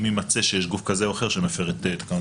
יימצא שיש גוף כזה או אחר שמפר את התקנות.